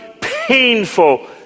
painful